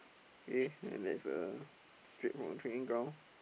eh and there's a straight from the training ground